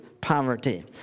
poverty